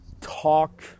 talk